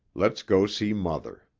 let's go see mother.